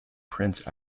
prince